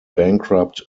bankrupt